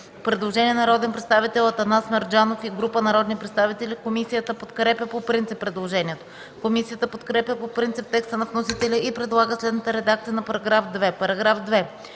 Предложение на народния представител Атанас Мерджанов и група народни представители. Комисията подкрепя по принцип предложението. Комисията подкрепя по принцип текста на вносителя и предлага следната редакция на § 2: „§ 2.